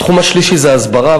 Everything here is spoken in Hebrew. התחום השלישי הוא הסברה.